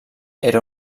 era